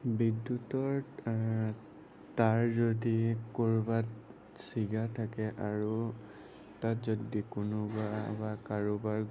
বিদ্য়ুতৰ তাঁৰ যদি ক'ৰবাত ছিগা থাকে আৰু তাত যদি কোনোবা বা কাৰোবাৰ